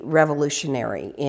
revolutionary